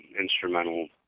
instrumental